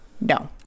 no